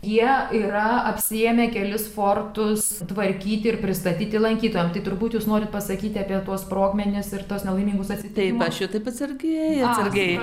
jie yra apsiėmę kelis fortus tvarkyti ir pristatyti lankytojams tai turbūt jūs nori pasakyti apie tuos sprogmenis ir tuos nelaimingus atsitikimus atsargiai